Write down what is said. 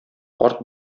карт